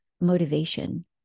motivation